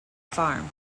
farm